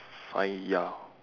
s~ five ya